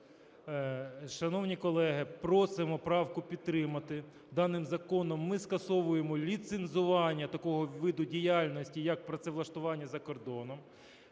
Шановні колеги, просимо правку підтримати. Даним законом ми скасовуємо ліцензування такого виду діяльності, як працевлаштування за кордоном.